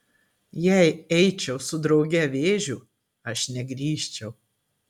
jei eičiau su drauge vėžiu aš negrįžčiau